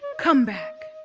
come back,